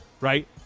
right